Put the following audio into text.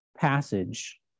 passage